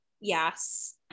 Yes